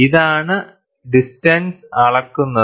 ഇതാണ് ഡിസ്റ്റൻസ് അളക്കുന്നത്